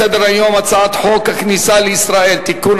בסדר-היום: הצעת חוק הכניסה לישראל (תיקון,